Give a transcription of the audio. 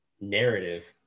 narrative